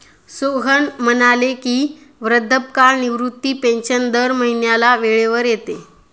सोहन म्हणाले की, वृद्धापकाळ निवृत्ती पेन्शन दर महिन्याला वेळेवर येते